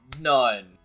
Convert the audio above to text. none